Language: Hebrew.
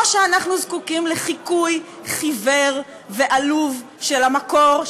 או שאנחנו זקוקים לחיקוי חיוור ועלוב של המקור,